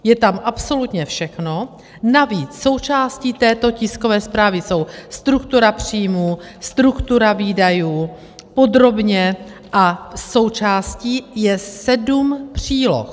Je tam absolutně všechno, navíc součástí této tiskové zprávy jsou struktura příjmů, struktura výdajů, podrobně, a součástí je sedm příloh.